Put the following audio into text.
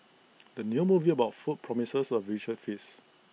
the new movie about food promises A visual feast